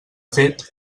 fet